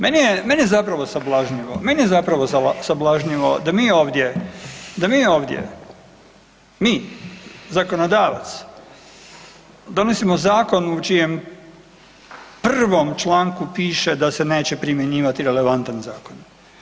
Meni je, mene zapravo sablažnjivo, meni je zapravo sablažnjivo da mi ovdje, da mi ovdje, mi, zakonodavac, donosimo zakon u čijem prvom članku piše da se neće primjenjivati relevantan zakon.